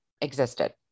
existed